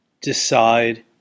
decide